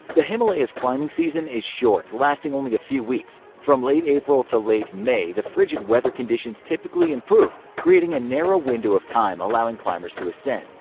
the himalayas climbing season is short, lasting only a few weeks. from late april to late may the frigid weather conditions typically improve, creating a narrow window of time allowing climbers to ascend.